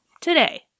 Today